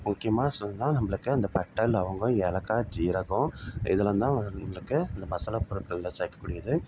முக்கியமாக சொன்னால் நம்மளுக்கு இந்த பட்டை லவங்கம் ஏலக்காய் ஜீரகம் இதெல்லாம் தான் நம்மளுக்கு இந்த மசாலா பொருட்களில் சேர்க்கக்கூடியது